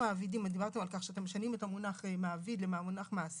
דיברתם על כך שאתם משנים את המונח מעביד למונח מעסיק.